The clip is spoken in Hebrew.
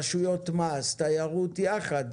רשויות המס ומשרד התיירות ביחד,